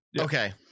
okay